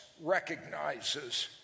recognizes